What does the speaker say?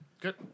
Good